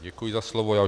Děkuji za slovo.